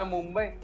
Mumbai